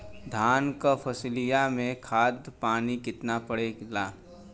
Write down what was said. धान क फसलिया मे खाद पानी कितना पड़े ला?